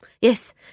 Yes